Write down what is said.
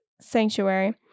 sanctuary